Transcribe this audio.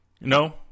No